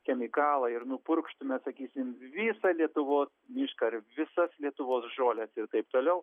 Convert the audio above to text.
chemikalą ir nupurkštume sakysim visą lietuvos mišką ar visas lietuvos žoles ir taip toliau